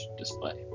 display